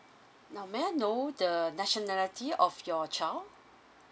now may I know the nationality of your child